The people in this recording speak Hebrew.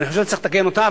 ואני חושב שצריך לתקן אותה,